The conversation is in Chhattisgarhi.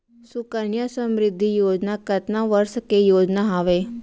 सुकन्या समृद्धि योजना कतना वर्ष के योजना हावे?